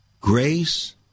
Grace